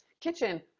kitchen